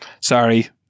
Sorry